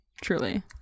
Truly